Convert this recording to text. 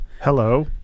Hello